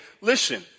listen